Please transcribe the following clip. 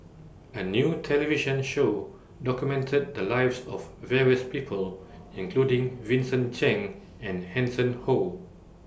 A New television Show documented The Lives of various People including Vincent Cheng and Hanson Ho